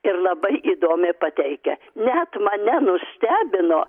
ir labai įdomiai pateikia net mane nustebino